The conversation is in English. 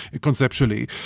conceptually